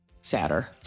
sadder